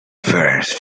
parents